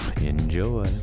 Enjoy